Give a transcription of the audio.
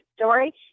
story